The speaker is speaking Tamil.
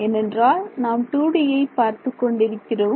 ஏனென்றால் நாம் 2Dயை பார்த்துக் கொண்டிருக்கிறோம்